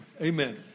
Amen